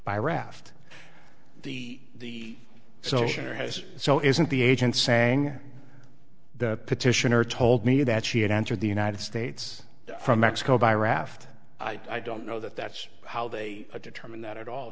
by raft the so sure has so isn't the agent saying the petitioner told me that she had entered the united states from mexico by raft i don't know that that's how they determine that at all